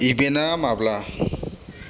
इभेन्टआ माब्ला